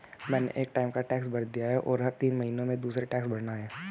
मैंने एक टाइम का टैक्स भर दिया है, और हर तीन महीने में दूसरे टैक्स भरना है